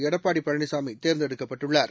எடப்பாடி பழனிசாமி தேர்ந்தெடுக்கப்பட்டுள்ளார்